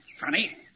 Funny